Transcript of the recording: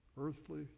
earthly